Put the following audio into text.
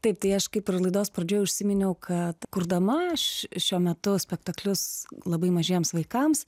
taip tai aš kaip ir laidos pradžioj užsiminiau kad kurdama aš šiuo metu spektaklius labai mažiems vaikams